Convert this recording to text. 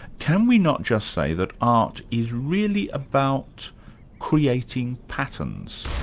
can we not just say that art is really about creating patterns?